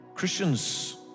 Christians